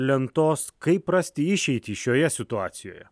lentos kaip rasti išeitį šioje situacijoje